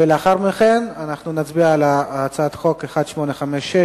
ולאחר מכן נצביע על הצעת חוק 1856,